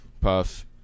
Puff